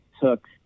took